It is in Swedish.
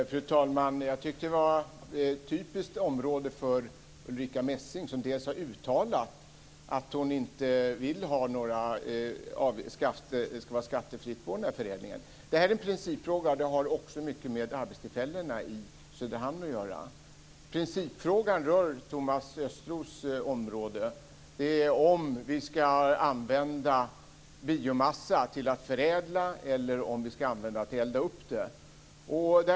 Fru talman! Jag tyckte att frågan var typisk för Ulrica Messings område. Hon har ju uttalat att förädlingen skall vara skattefri. Detta är en principfråga men frågan har också med arbetstillfällena i Söderhamn att göra. Principfrågan rör Thomas Östros område, dvs. om vi skall använda biomassa till att förädla eller om vi skall använda den till uppeldning.